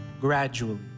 gradually